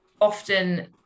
Often